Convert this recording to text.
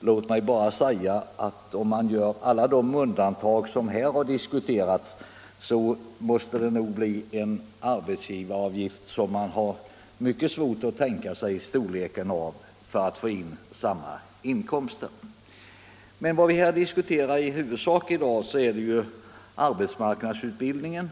Låt mig bara säga att om man gör alla de undantag som här har diskuterats måste det för övriga arbetsgivare bli en så hög arbetsgivaravgift för att få in samma inkomster som nu att det är svårt att tänka sig en avgift av sådan storlek. Men vad vi diskuterar i huvudsak i dag är arbetsmarknadsutbildningen.